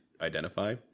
identify